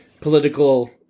political